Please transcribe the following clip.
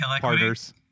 Partners